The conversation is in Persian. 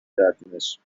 کردیمش